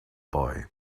boy